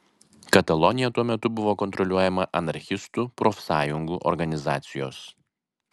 katalonija tuo metu buvo kontroliuojama anarchistų profsąjungų organizacijos